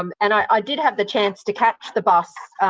um and i did have the chance to catch the bus,